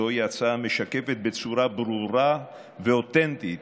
זוהי הצעה המשקפת בצורה ברורה ואותנטית